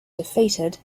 defeated